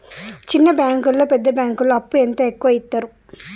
చిన్న బ్యాంకులలో పెద్ద బ్యాంకులో అప్పు ఎంత ఎక్కువ యిత్తరు?